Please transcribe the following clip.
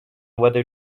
whether